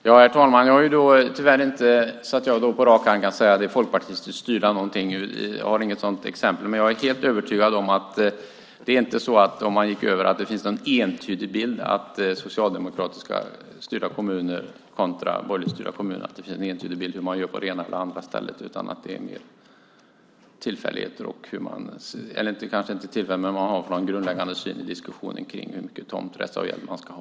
Herr talman! Jag kan tyvärr inte på rak arm peka på någon folkpartistiskt styrd kommun. Jag har inte något sådant exempel. Men jag är helt övertygad om att det inte finns någon entydig bild som visar att socialdemokratiskt styrda kommuner kontra borgerligt styrda kommuner gör på det ena eller andra sättet. Jag tror att det mer handlar om vad man har för grundläggande syn i diskussionen om hur stor tomträttsavgäld som man ska ha.